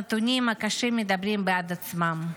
הנתונים הקשים מדברים בעד עצמם.